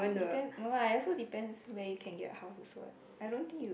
depend no lah it also depends where you can get house also what I don't think you